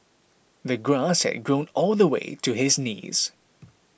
the grass had grown all the way to his knees